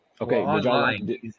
Okay